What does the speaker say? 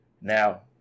now